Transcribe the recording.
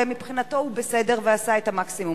ומבחינתו הוא בסדר ועשה את המקסימום.